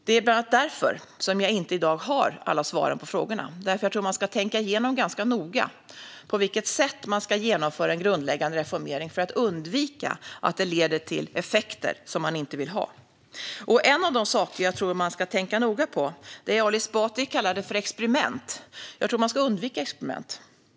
Det är bland annat därför jag inte i dag har svaren på alla frågor. Jag tror att man ska tänka igenom ganska noga på vilket sätt man ska genomföra en grundläggande reformering för att undvika att den leder till effekter som man inte vill ha. En av de saker jag tror att man ska tänka noga på är det Ali Esbati kallade experiment. Jag tror att man ska undvika experiment.